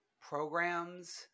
programs